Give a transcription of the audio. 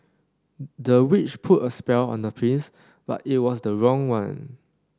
the witch put a spell on the prince but it was the wrong one